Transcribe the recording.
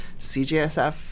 CJSF